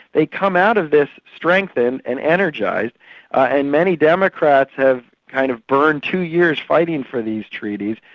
they come out of this strengthened and energised and many democrats have kind of burned two years fighting for these treaties,